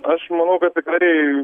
aš manau kad tikrai